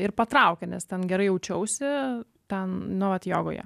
ir patraukė nes ten gerai jaučiausi ten nu vat jogoje